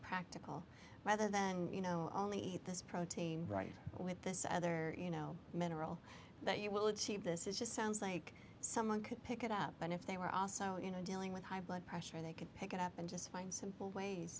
practical rather than you know only this protein right with this other you know mineral that you will achieve this is just sounds like someone could pick it up and if they were also you know dealing with high blood pressure they could pick it up and just find simple ways